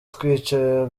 twicaye